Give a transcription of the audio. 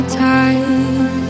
time